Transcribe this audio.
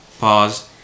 pause